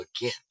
again